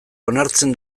onartzen